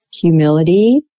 humility